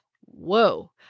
Whoa